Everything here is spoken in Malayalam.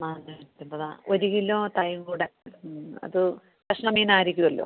നാനൂറ്റമ്പത് ആ ഒര് കിലോ തളയും കൂടെ ഉം അത് കഷ്ണം മീനായിരിക്കുവല്ലൊ